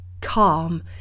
calm